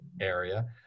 area